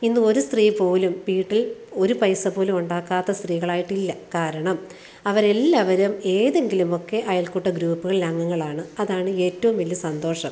ഇന്ന് ഒരു സ്ത്രീ പോലും വീട്ടിൽ ഒരു പൈസ പോലും ഉണ്ടാക്കാത്ത സ്ത്രീകളായിട്ടില്ല കാരണം അവർ എല്ലാവരും ഏതെങ്കിലുമൊക്കെ അയൽക്കൂട്ട ഗ്രൂപ്പുകളിൽ അംഗങ്ങളാണ് അതാണ് ഏറ്റവും വലിയ സന്തോഷം